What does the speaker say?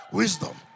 wisdom